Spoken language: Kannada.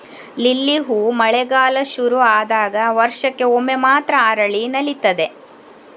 ಲಿಲ್ಲಿ ಹೂ ಮಳೆಗಾಲ ಶುರು ಆದಾಗ ವರ್ಷಕ್ಕೆ ಒಮ್ಮೆ ಮಾತ್ರ ಅರಳಿ ನಲೀತದೆ